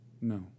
No